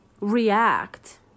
react